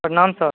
प्रणाम सर